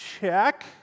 Check